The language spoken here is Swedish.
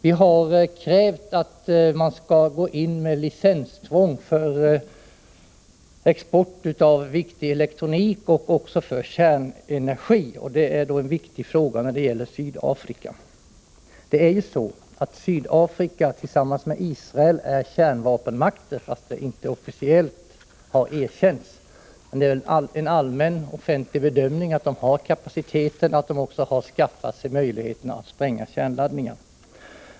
Vi har krävt licenstvång för export av viktig elektronik och kärnenergiteknik, och det är en viktig fråga när det gäller Sydafrika. Sydafrika är ju liksom Israel en kärnvapenmakt, fast det inte officiellt har erkänts. Dessa länder bedöms allmänt ha kapacitet för att framställa kärnvapen och har också skaffat sig möjlighet att spränga kärnladdningar.